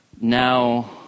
now